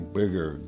bigger